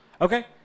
Okay